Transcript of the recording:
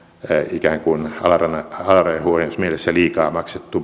ikään kuin alarajan huojennusmielessä liikaa maksettu